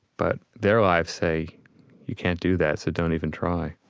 but their lives say you can't do that, so don't even try